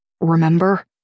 remember